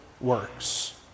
works